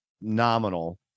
nominal